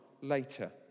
later